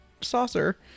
saucer